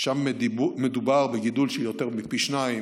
שם מדובר בגידול של יותר מפי שניים,